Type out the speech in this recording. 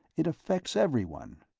it affects everyone.